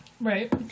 Right